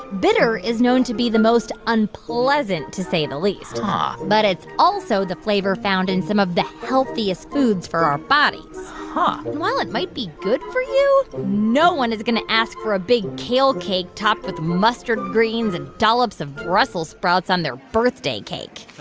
bitter is known to be the most unpleasant, to say the least huh but it's also the flavor found in some of the healthiest foods for our bodies huh while it might be good for you, no one is going to ask for a big kale cake topped with mustard greens and dollops of brussels sprouts on their birthday cake